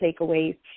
takeaways